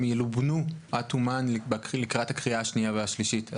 ילובנו עד תומן לקראת הקריאה השנייה והשלישית.